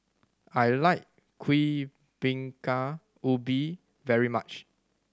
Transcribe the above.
I like Kuih Bingka Ubi very much